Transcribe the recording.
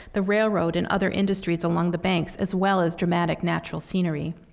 the railroad and other industries along the banks, as well as dramatic natural scenery.